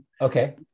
Okay